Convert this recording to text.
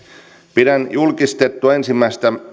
pidän julkistettua ensimmäistä